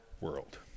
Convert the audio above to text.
world